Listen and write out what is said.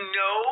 no